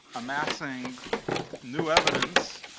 amassing new evidence,